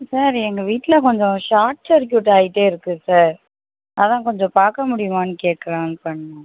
sir எங்கள் வீட்டில் கொஞ்சம் ஷாட் சர்க்யூட் ஆகிட்டே இருக்கு சார் அதுதான் கொஞ்சம் பார்க்க முடியுமான்னு கேட்கலான்னு பண்ணோம்